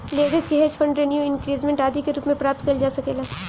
leverage के hedge fund renew increment आदि के रूप में प्राप्त कईल जा सकेला